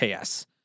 KS